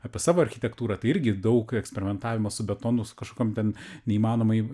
apie savo architektūrą tai irgi daug eksperimentavimo su betonu su kažkuom ten neįmanomai